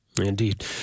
Indeed